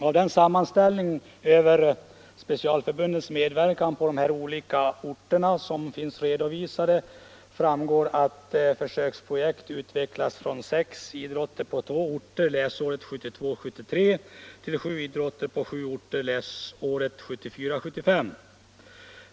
Av den sammanställning över specialförbundens medverkan på olika orter som finns redovisad framgår att försöksprojektet utvecklats från sex idrotter på två orter läsåret 1972 75.